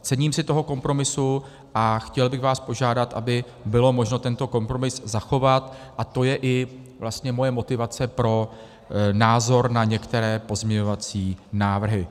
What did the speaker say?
Cením si toho kompromisu a chtěl bych vás požádat, aby bylo možno tento kompromis zachovat, a to je i vlastně moje motivace pro názor na některé pozměňovací návrhy.